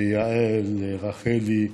ליעל, לרחלי,